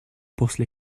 после